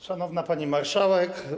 Szanowna Pani Marszałek!